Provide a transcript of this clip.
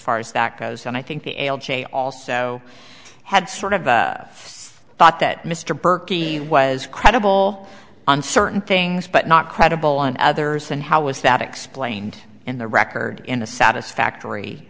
far as that goes and i think it also had sort of thought that mr burkey was credible on certain things but not credible on others and how was that explained in the record in a satisfactory